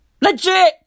Legit